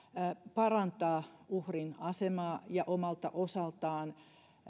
parantaa uhrin asemaa ja omalta osaltaan